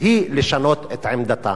לשנות את עמדתן.